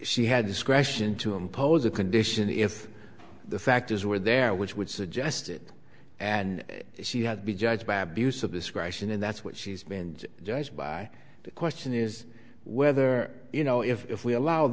she had discretion to impose a condition if the factors were there which would suggest it and she had been judged by abuse of discretion and that's what she's been judged by the question is whether you know if we allow